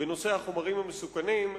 בנושא החומרים המסוכנים,